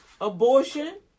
Abortion